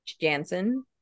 Jansen